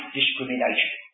discrimination